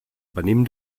venim